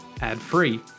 ad-free